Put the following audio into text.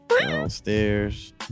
downstairs